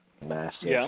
Massive